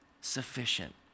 sufficient